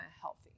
healthy